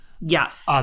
Yes